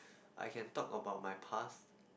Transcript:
I can talk about my past